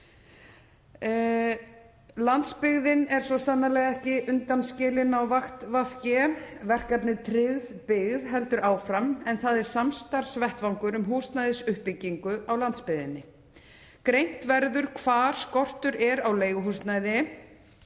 Landsbyggðin er svo sannarlega ekki undanskilin á vakt VG. Verkefnið Tryggð byggð heldur áfram en það er samstarfsvettvangur um húsnæðisuppbyggingu á landsbyggðinni. Greint verður hvar skortur er á leiguhúsnæði